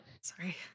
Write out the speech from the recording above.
sorry